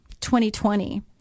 2020